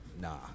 nah